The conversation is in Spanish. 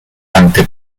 ante